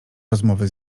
rozmowy